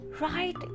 right